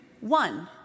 One